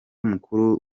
mukuru